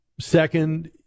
second